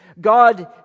God